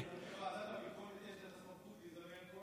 לוועדת הביקורת יש סמכות לזמן כל אחד,